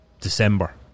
December